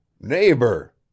neighbor